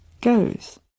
goes